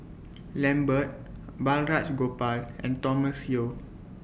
Lambert Balraj Gopal and Thomas Yeo